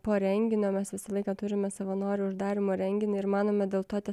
po renginio mes visą laiką turime savanorių uždarymo renginį ir manome dėl to tas